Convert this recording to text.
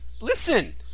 Listen